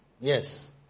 Yes